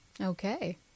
Okay